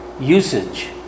usage